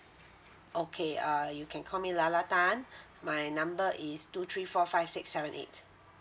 okay uh you can call me lala tan my number is two three four five six seven eight